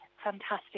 fantastic